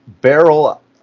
barrel-